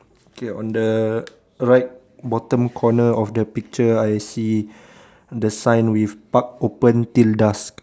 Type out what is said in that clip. okay on the right bottom corner of the picture I see the sign with park open till dusk